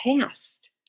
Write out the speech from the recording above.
past